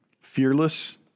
Fearless